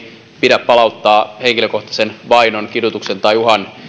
pidä palauttaa henkilökohtaisen vainon kidutuksen tai uhan